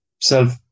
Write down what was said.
self